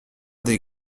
des